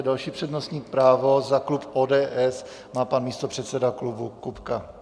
Další přednostní právo za klub ODS má pan místopředseda klubu Kupka.